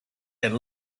and